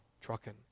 trucking